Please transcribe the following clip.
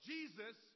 Jesus